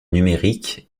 numérique